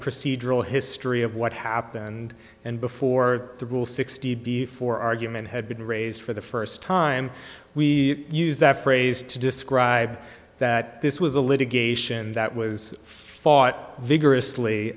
procedural history of what happened and before the rule sixty before argument had been raised for the first time we used that phrase to describe that this was a litigation that was fought vigorously